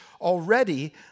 already